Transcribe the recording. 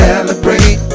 Celebrate